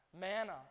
Manna